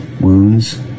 wounds